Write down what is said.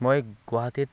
মই গুৱাহাটীত